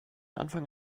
anfang